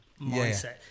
mindset